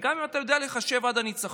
וגם אם אתה יודע לחשב עד הניצחון,